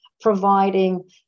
providing